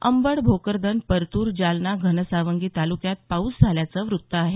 अंबड भोकरदन परतूर जालना घनसावंगी तालुक्यात पाऊस झाल्याचं वृत्त आहे